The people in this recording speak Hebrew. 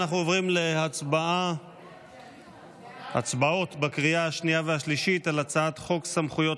אנחנו עוברים להצבעות בקריאה השנייה והשלישית על הצעת חוק סמכויות